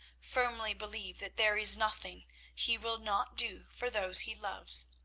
firmly believe that there is nothing he will not do for those he loves.